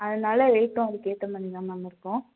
அதனாலே ரேட்டும் அதுக்கேற்ற மாதிரி தான் மேம் இருக்கும்